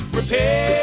repair